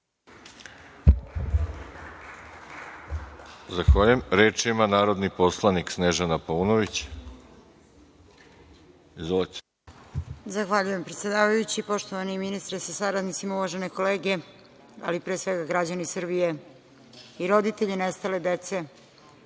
Zahvaljujem. Reč ima narodni poslanik Snežana Paunović. **Snežana Paunović** Zahvaljujem, predsedavajući. Poštovani ministre sa saradnicima, uvažene kolege, ali pre svega građani Srbije i roditelji nestale dece